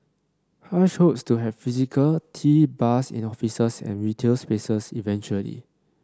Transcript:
hush hopes to have physical tea bars in offices and retail spaces eventually